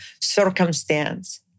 circumstance